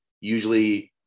usually